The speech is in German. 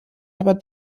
aber